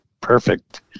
perfect